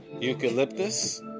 eucalyptus